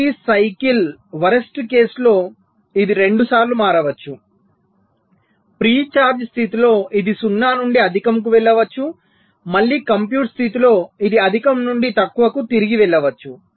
ప్రతి cycle worst case లో ఇది రెండుసార్లు మారవచ్చు ప్రీ ఛార్జ్ స్థితిలో ఇది 0 నుండి అధికంకు వెళ్ళవచ్చు మళ్ళీ కంప్యూట్ స్థితిలో ఇది అధికం నుండి తక్కువకు తిరిగి వెళ్ళవచ్చు